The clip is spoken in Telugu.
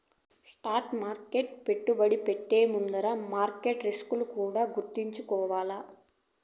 స్టాక్ మార్కెట్ల పెట్టుబడి పెట్టే ముందుల మార్కెట్ల రిస్కులు కూడా యాదించుకోవాల్ల